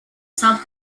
self